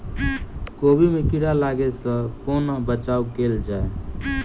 कोबी मे कीड़ा लागै सअ कोना बचाऊ कैल जाएँ?